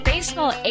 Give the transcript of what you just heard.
Baseball